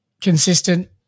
consistent